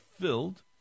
filled